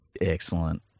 Excellent